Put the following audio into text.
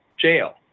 jail